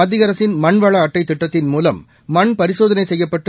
மத்தியஅரசின் மண்வளஅட்டைதிட்டத்தின் மூலம் மண் பரிசோதனைசெய்யப்பட்டு